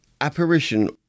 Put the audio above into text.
apparition